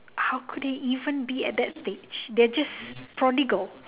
how could even be at that stage they are just prodigal